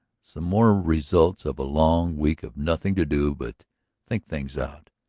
some more results of a long week of nothing to do but think things out.